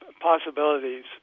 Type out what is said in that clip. possibilities